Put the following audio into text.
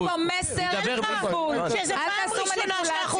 יש פה מסר כפול, אל תעשו מניפולציות.